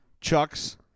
Chucks